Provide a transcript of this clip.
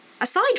aside